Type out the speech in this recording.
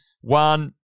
one